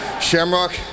Shamrock